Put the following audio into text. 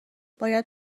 باید